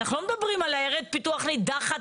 אנחנו לא מדברים על עיירת פיתוח נידחת